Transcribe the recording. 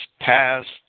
passed